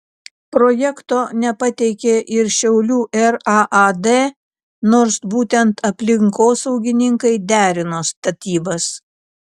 projekto nepateikė ir šiaulių raad nors būtent aplinkosaugininkai derino statybas